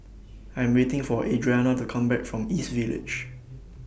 I Am waiting For Adriana to Come Back from East Village